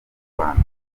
rwanda